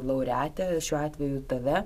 laureatę šiuo atveju tave